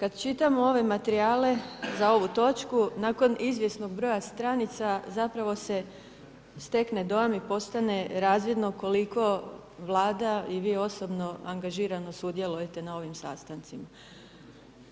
Kad čitamo ove materijale za ovu točku nakon izvjesnog broja stranica zapravo se stekne dojam i postane razvidno koliko Vlada i vi osobno angažirano sudjelujete na ovim sastancima